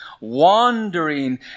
wandering